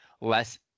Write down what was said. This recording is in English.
less